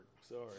Sorry